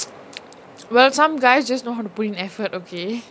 well some guys just know how to put in effort okay